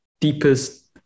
deepest